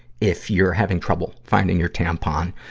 if you're having trouble finding your tampon,